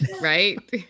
right